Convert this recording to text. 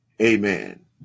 Amen